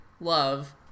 love